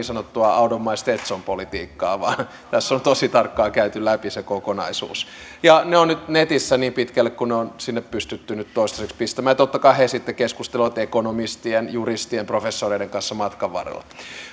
sanottua out of my stetson politiikkaa vaan tässä on tosi tarkkaan käyty läpi se kokonaisuus ja ne ovat nyt netissä niin pitkälle kuin ne on sinne pystytty nyt toistaiseksi pistämään ja totta kai he sitten keskustelevat ekonomistien juristien professoreiden kanssa matkan varrella